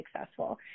successful